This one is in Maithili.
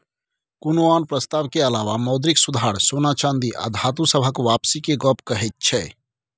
कुनु आन प्रस्ताव के अलावा मौद्रिक सुधार सोना चांदी आ धातु सबहक वापसी के गप कहैत छै